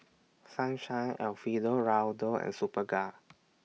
Sunshine Alfio Raldo and Superga